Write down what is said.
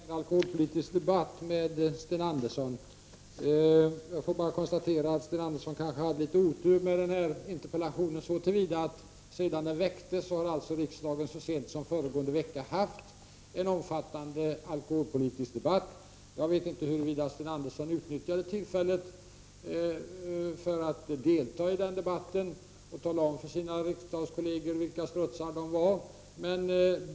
Herr talman! Jag skall för min del inte ta upp någon alkoholpolitisk debatt med Sten Andersson i Malmö. Jag får bara konstatera att Sten Andersson kanske har haft litet otur med sin interpellation så till vida att riksdagen sedan interpellationen väcktes så sent som föregående vecka hade en omfattande alkoholpolitisk debatt. Jag vet inte huruvida Sten Andersson utnyttjade tillfället att delta i den debatten och tala om för sina riksdagskollegor vilka strutsar de var.